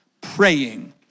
praying